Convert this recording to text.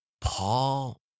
Paul